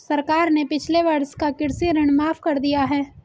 सरकार ने पिछले वर्ष का कृषि ऋण माफ़ कर दिया है